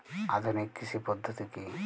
আধুনিক কৃষি পদ্ধতি কী?